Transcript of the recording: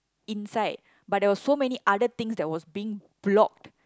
inside but there was so many other things that was being blocked